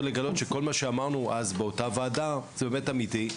לגלות שכל מה שאמרנו אז באותה ועדה זה באמת אמיתי.